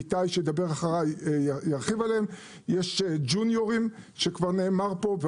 יש ג'וניורים שכבר נאמר פה.